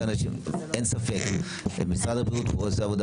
ואין ספק שמשרד הבריאות עושה עבודה